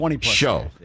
show